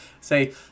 say